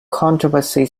controversy